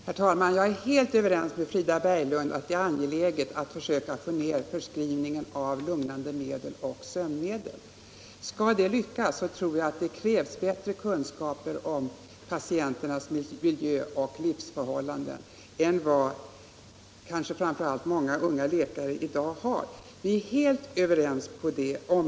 Herr talman! Jag är helt överens med Frida Berglund om att det är angeläget att försöka nedbringa förskrivningen av lugnande medel och sömnmedel. Skall det lyckas tror jag att det krävs bättre kunskaper om patienternas miljö och levnadsförhållanden än vad kanske framför allt många unga läkare i dag har. Vi är helt överens om den saken.